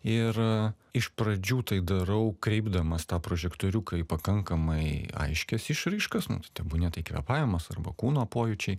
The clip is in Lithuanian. ir iš pradžių tai darau kreipdamas tą prožektoriuką į pakankamai aiškias išraiškas nu tai tebūnie tai kvėpavimas arba kūno pojūčiai